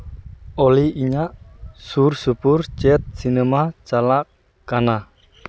ᱚᱞᱤ ᱤᱧᱟᱹᱜ ᱥᱩᱨᱼᱥᱩᱯᱩᱨ ᱪᱮᱫ ᱥᱤᱱᱮᱢᱟ ᱪᱟᱞᱟᱜ ᱠᱟᱱᱟ